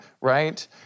right